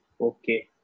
Okay